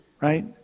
right